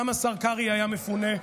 גם השר קרעי היה מפונה,